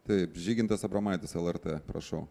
taip žygintas abromaitis lrt prašau